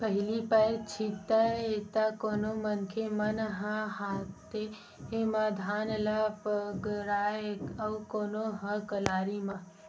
पहिली पैर छितय त कोनो मनखे मन ह हाते म धान ल बगराय अउ कोनो ह कलारी म